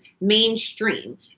mainstream